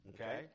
Okay